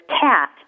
CAT